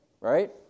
right